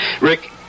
Rick